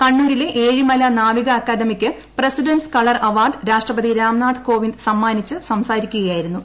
കണ്ണൂരിലെ ഏഴിമല നാവിക അക്കാദമിക്ക് പ്രസിഡന്റസ് കളർ അവാർഡ് രാഷ്ട്രപതി രാംനാഥ് കോവിന്ദ് സമ്മാനിച്ച് സംസാരിക്കുകയായിരുന്നു അദ്ദേഹം